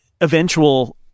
eventual